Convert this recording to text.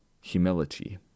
humility